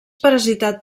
parasitat